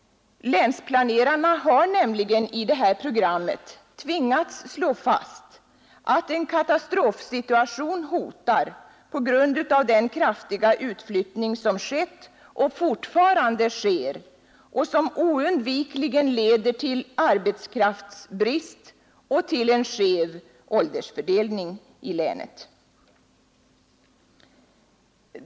Länsplanerarna har nämligen i detta program tvingats slå fast att en katastrofsituation hotar på grund av den kraftiga utflyttning som skett och fortfarande sker och som oundvikligen leder till arbetskraftsbrist och en skev åldersfördelning i länet.